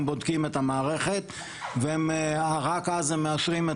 הם בודקים את המערכת ורק אז הם מאשרים את